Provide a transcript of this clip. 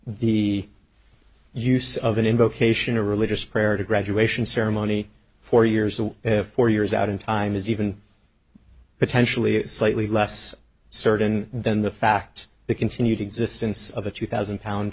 the use of an invocation of religious prayer at a graduation ceremony four years of four years out in time is even potentially slightly less certain than the fact the continued existence of a two thousand pound